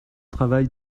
travail